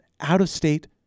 out-of-state